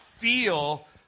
feel